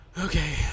okay